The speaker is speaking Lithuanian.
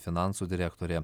finansų direktorė